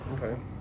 Okay